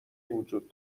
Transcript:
وجود